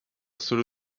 solo